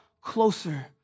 closer